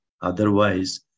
Otherwise